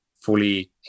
fully